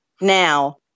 now